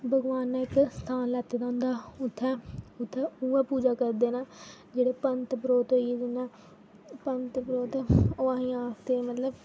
भगवान ने इक स्थान लैते दा होंदा उ'त्थें उ'त्थें उ'ऐ पूजा करदे न जेह्ड़ा पंत परौह्त होई दे न पंत परौह्त ओह् अहे्ें ई आखदे मतलब